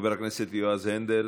חבר הכנסת יועז הנדל,